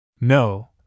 No